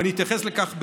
ואני אתייחס לכך בהמשך,